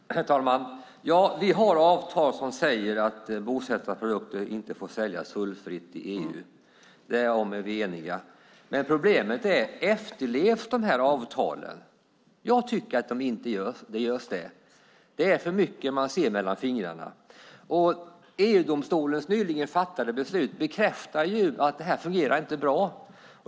Herr talman! Vi har avtal som säger att bosättarprodukter inte får säljas tullfritt i EU. Därom är vi eniga. Men frågan är om de här avtalen efterlevs. Jag tycker att så inte är fallet. Man ser för mycket mellan fingrarna. EU-domstolens nyligen fattade beslut bekräftar att det här inte fungerar bra.